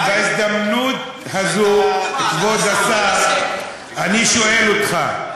ובהזדמנות הזאת, כבוד השר, אני שואל אותך,